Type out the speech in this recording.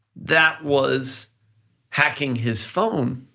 that was hacking his phone,